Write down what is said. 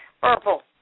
Purple